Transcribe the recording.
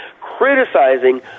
criticizing